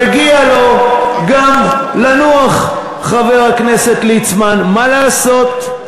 מגיע לו גם לנוח, חבר הכנסת ליצמן, מה לעשות.